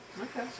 Okay